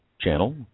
channel